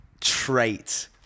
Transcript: trait